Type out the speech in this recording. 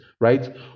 right